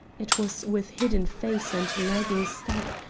it was with hidden face and lagging step,